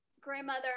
grandmother